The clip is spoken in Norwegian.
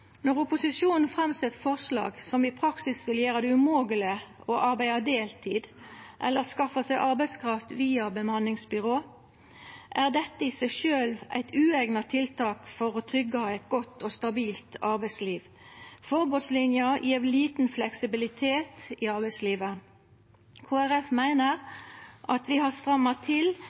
Når opposisjonen set fram forslag som i praksis vil gjera det umogleg å arbeida deltid eller skaffa seg arbeidskraft via bemanningsbyrå, er dette i seg sjølv eit ueigna tiltak for å tryggja eit godt og stabilt arbeidsliv. Forbodslinja gjev lite fleksibilitet i arbeidslivet. Kristeleg Folkeparti meiner at vi har stramma til